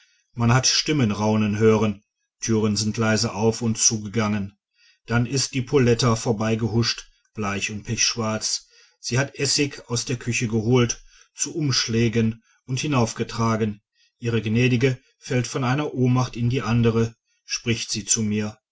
man hat stimmen raunen hören türen sind leise auf und zugegangen dann ist die poletta vorbeigehuscht bleich und pechschwarz sie hat essig aus der küche geholt zu umschlägen und hinaufgetragen ihre gnädige fällt von einer ohnmacht in die andere spricht sie zu mir